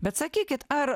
bet sakykit ar